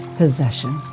possession